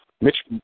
Mitch